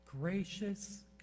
Gracious